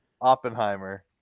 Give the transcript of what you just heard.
Oppenheimer